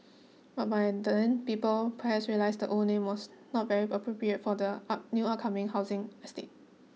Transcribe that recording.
but by then people perhaps realised the old name was not very appropriate for the up new upcoming housing estate